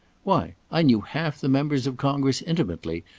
why, i knew half the members of congress intimately,